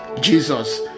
Jesus